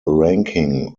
rankin